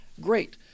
Great